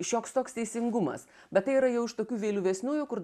šioks toks teisingumas bet tai yra jau iš tokių vėlyvesniųjų kur